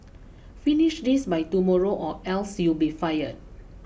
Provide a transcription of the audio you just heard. finish this by tomorrow or else you'll be fired